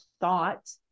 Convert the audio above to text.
thought